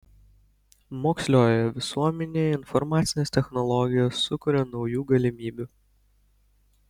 moksliojoje visuomenėje informacinės technologijos sukuria naujų galimybių